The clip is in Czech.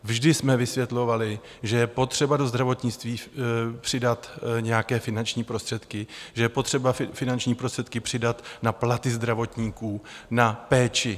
Vždy jsme vysvětlovali, že je potřeba do zdravotnictví přidat nějaké finanční prostředky, že je potřeba finanční prostředky přidat na platy zdravotníků, na péči.